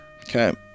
Okay